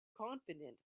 confident